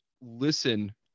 listen